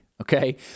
Okay